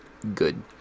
Good